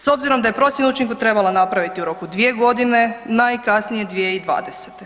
S obzirom da je procjenu učinka trebala napraviti u roku 2 godine, najkasnije 2020.